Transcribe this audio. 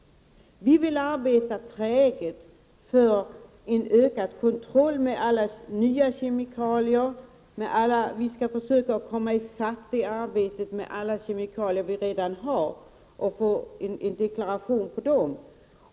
Vi vill arbeta träget för en ökad kontroll av alla nya kemikalier. Vi skall försöka att komma ifatt med arbetet när det gäller alla kemikalier vi redan har och sätta en deklaration på dem.